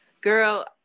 Girl